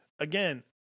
again